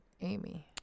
Amy